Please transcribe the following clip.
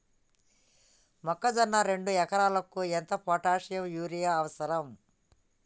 మొక్కజొన్న రెండు ఎకరాలకు ఎంత పొటాషియం యూరియా అవసరం?